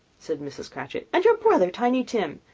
said mrs. cratchit. and your brother, tiny tim!